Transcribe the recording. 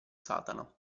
satana